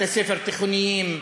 בתי-ספר תיכוניים,